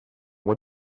what